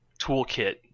toolkit